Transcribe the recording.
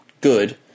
good